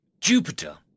Jupiter